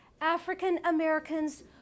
African-Americans